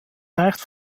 reicht